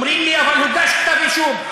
ואומרים לי: אבל הוגש כתב אישום.